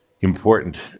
important